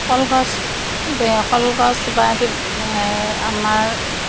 কল গছ কল গছ বা এই আমাৰ